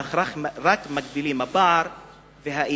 כך רק מגדילים את הפער והאי-אמון.